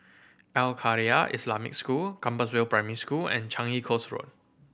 Al Khairiah Islamic School Compassvale Primary School and Changi Coast Road